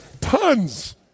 Tons